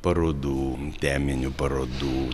parodų teminių parodų